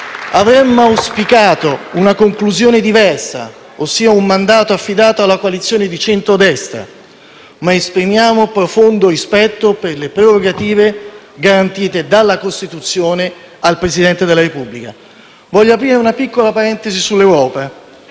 Avremmo auspicato una conclusione diversa, ossia un mandato affidato alla coalizione di centrodestra, ma esprimiamo profondo rispetto per le prerogative garantite dalla Costituzione al Presidente della Repubblica. Voglio aprire una piccola parentesi sull'Europa.